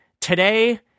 Today